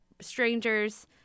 strangers